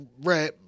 rap